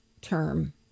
term